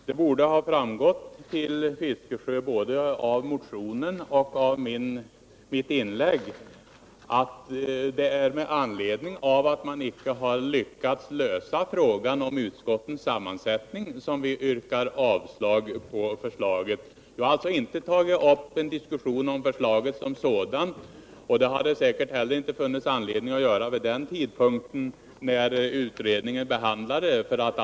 Herr talman! Det borde ha framgått för herr Fiskesjö både av motionen och av mitt inlägg att skälet till vårt avslagsyrkande är att man inte har lyckats lösa frågan om utskottens sammansättning. Vi har alltså inte tagit upp en diskussion om förslaget rörande mandatperioden som sådan, och det har säkert heller inte funnits anledning till annat ställningstagande vid den tidpunkt när utredningen behandlade frågan.